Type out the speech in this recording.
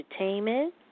Entertainment